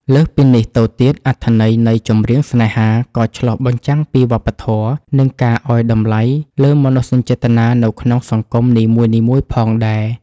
លើសពីនេះទៅទៀត អត្ថន័យនៃ ចម្រៀងស្នេហា ក៏ឆ្លុះបញ្ចាំងពីវប្បធម៌ និងការឱ្យតម្លៃលើមនោសញ្ចេតនានៅក្នុងសង្គមនីមួយៗផងដែរ។